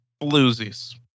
bluesies